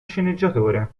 sceneggiatore